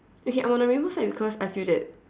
okay I'm on the rainbow side it's because I feel that